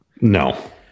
No